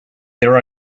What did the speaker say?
there